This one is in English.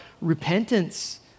repentance